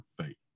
faith